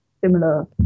similar